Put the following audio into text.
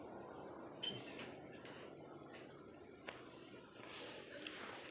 yes